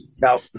Now